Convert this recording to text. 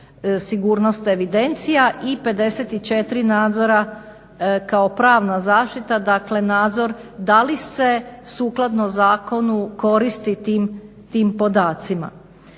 sigurnost evidencija i 54 nadzora kao pravna zaštita, dakle nadzor da li se sukladno zakonu koristi tim podacima.